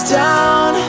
down